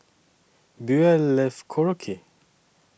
Buell Love Korokke